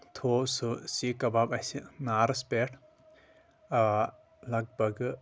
تھوٚو سُہ سیٖک کباب اسہِ نارس پٮ۪ٹھ آ لگ بگہٕ